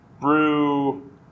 brew